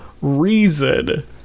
reason